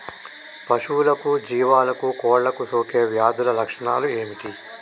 పశువులకు జీవాలకు కోళ్ళకు సోకే వ్యాధుల లక్షణాలు ఏమిటి?